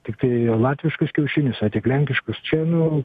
tiktai latviškus kiaušiniusar tik lenkiškus čia nu